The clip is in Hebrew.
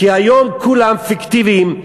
כי היום כולם פיקטיביים,